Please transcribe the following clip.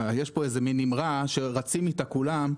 יש פה מן אמרה שרצים איתה כולם.